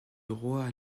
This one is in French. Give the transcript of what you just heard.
droit